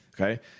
okay